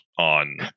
on